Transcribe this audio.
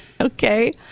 Okay